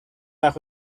وقت